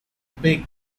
big